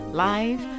live